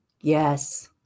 Yes